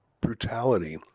brutality